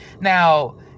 Now